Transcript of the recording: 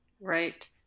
Right